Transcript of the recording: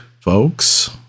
folks